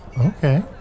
Okay